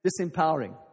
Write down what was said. disempowering